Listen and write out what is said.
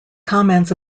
comments